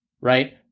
right